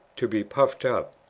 to be puffed up,